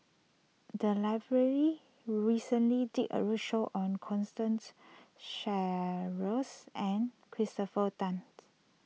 the library recently did a roadshow on Constance Sheares and Christopher Tan's